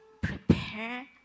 prepare